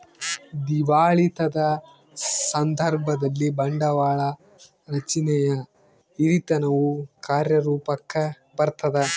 ದಿವಾಳಿತನದ ಸಂದರ್ಭದಲ್ಲಿ, ಬಂಡವಾಳ ರಚನೆಯ ಹಿರಿತನವು ಕಾರ್ಯರೂಪುಕ್ಕ ಬರತದ